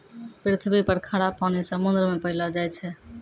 पृथ्वी पर खारा पानी समुन्द्र मे पैलो जाय छै